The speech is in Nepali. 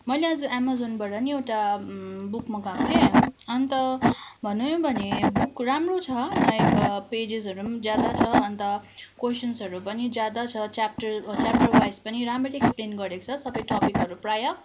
मैले आज एमेजनबाट नि एउटा बुक मगाएको थिएँ अन्त भनौँ भने बुक राम्रो छ लाइक पेजेसहरू पनि ज्यादा छ अन्त क्वेसन्सहरू पनि ज्यादा छ च्याप्टर च्याप्टरवाइज पनि राम्ररी एक्सप्लेन गरेको छ सबै टपिकहरू प्राय